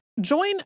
Join